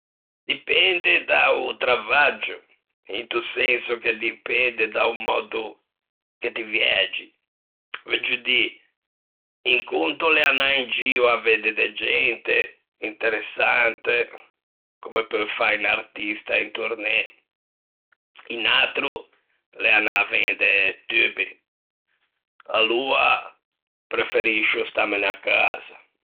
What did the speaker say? Dipende da-o travaggio, into senso che dipende da-o mòddo che ti viægi; veuggio dî, un conto l'é anâ in gio à vedde da gente, interesante, comme peu fâ un artista in tournée, un atro l'é anâ à vende tubbi. Aloa preferiscio stâmene à casa.